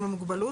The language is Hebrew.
עם המוגבלות,